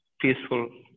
peaceful